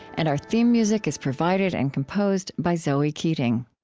and our theme music is provided and composed by zoe keating